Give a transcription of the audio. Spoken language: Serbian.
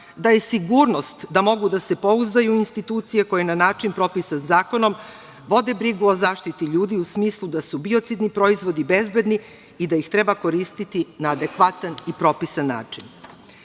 daje sigurnost da mogu da se pouzdaju u institucije koje na način propisan zakonom vode brigu o zaštiti ljudi, u smislu da su biocidni proizvodi bezbedni i da ih treba koristiti na adekvatan i propisan